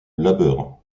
labeur